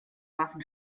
waffen